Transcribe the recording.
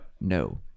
No